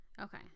Okay